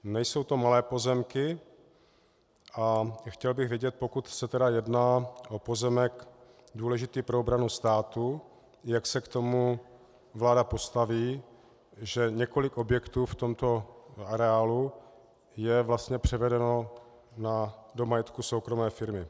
Nejsou to malé pozemky a chtěl bych vědět, pokud se tedy jedná o pozemek důležitý pro obranu státu, jak se k tomu vláda postaví, že několik objektů v tomto areálu je vlastně převedeno do majetku soukromé firmy.